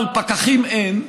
אבל פקחים אין,